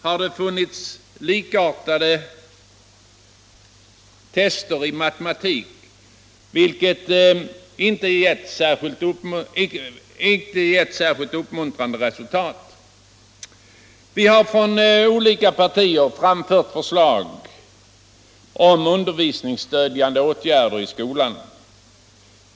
Man har gjort likartade tester i matematik, och inte heller de har givit särskilt uppmuntrande resultat. Vi har från de olika partierna framfört förslag om undervisningsstödjande åtgärder i skolan.